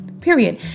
period